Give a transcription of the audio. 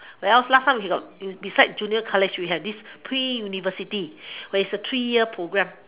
well last time we got beside junior college we had this pre university where is a three years programme